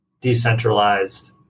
decentralized